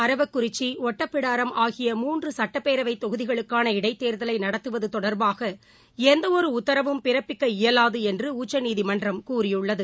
அரவக்குறிச்சி ஒட்டப்பிடாரம் ஆகிய மூன்று சட்டப்பேரவைத் தொகுதிகளுக்கான இடைத் தேர்தலை நடத்துவது தொடர்பாக எந்த ஒரு உத்தரவும் பிறப்பிக்க இபலாது என்று உச்சநீதிமன்றம் கூறியுள்ளது